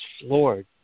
floored